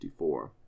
54